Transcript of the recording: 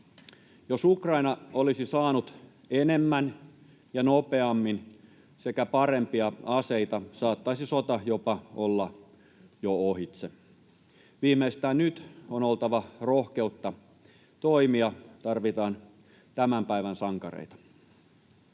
Jos Ukraina olisi saanut enemmän ja nopeammin sekä parempia aseita, saattaisi sota jopa olla jo ohitse. Viimeistään nyt on oltava rohkeutta toimia. Tarvitaan tämän päivän sankareita.